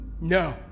No